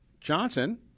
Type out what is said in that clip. Johnson